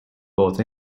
both